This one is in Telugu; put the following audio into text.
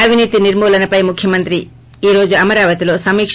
అవినీతి నిర్మూలనపై ముఖ్యమంత్రి ఈ రోజు అమరావతిలో సమీక